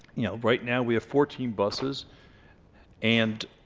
you know right now we have fourteen buses and